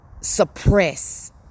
suppress